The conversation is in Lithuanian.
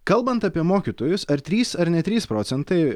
kalbant apie mokytojus ar trys ar ne trys procentai